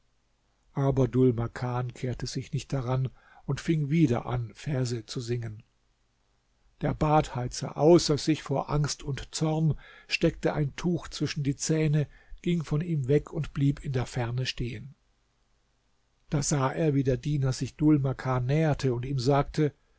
aber dhul makan kehrte sich nicht daran und fing wieder an verse zu singen der badheizer außer sich vor angst und zorn steckte ein tuch zwischen die zähne ging von ihm weg und blieb in der ferne stehen da sah er wie der diener sich dhul makan näherte und ihm sagte